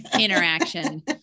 interaction